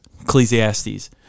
Ecclesiastes